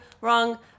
Wrong